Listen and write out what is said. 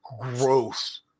gross